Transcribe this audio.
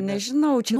nežinau čia